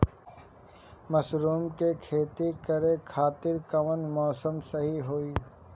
Mushroom के खेती करेके खातिर कवन मौसम सही होई?